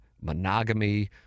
monogamy